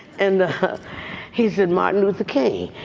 and ah he said martin luther king,